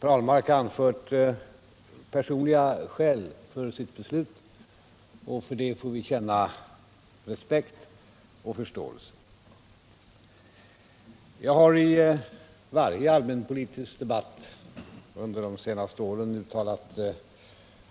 Per Ahlmark har anfört personliga skäl för sitt beslut, och för det får vi känna respekt och förståelse. Jag har i varje allmänpolitisk debatt under de senaste åren uttalat